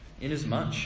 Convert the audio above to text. inasmuch